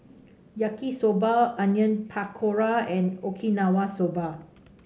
Yaki Soba Onion Pakora and Okinawa Soba